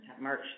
March